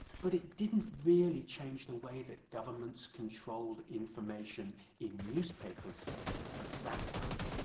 but it didn't really change the way that governments controlled information in newspapers at that time.